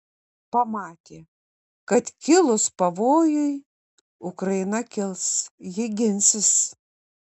pamatė kad kilus pavojui ukraina kils ji ginsis